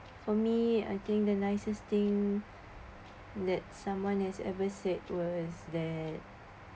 for me I think the nicest thing that someone has ever said where as that